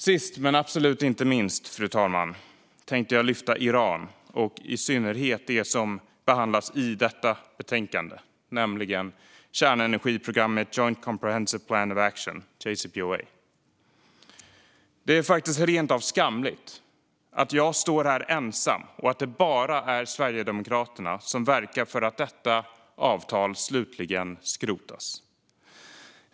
Sist, men absolut inte minst, fru talman, tänkte jag lyfta Iran och i synnerhet det som behandlas i betänkandet, nämligen kärnenergiprogrammet Joint Comprehensive Plan of Action, JCPOA. Det är faktiskt rent av skamligt att jag står här ensam och att det bara är Sverigedemokraterna som verkar för att detta avtal slutligen skrotas.